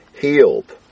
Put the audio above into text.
healed